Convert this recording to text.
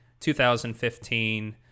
2015